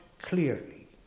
clearly